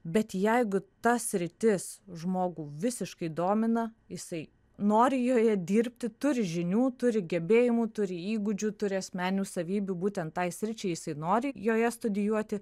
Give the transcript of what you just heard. bet jeigu ta sritis žmogų visiškai domina jisai nori joje dirbti turi žinių turi gebėjimų turi įgūdžių turi asmeninių savybių būtent tai sričiai jisai nori joje studijuoti